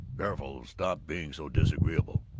careful! stop being so disagreeable.